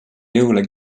jõule